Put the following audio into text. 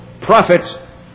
prophet